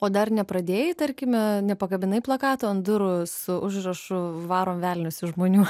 o dar nepradėjai tarkime nepakabinai plakato ant durų su užrašu varom velnius iš žmonių